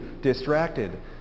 distracted